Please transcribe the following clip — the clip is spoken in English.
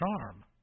charm